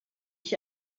ich